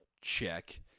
Check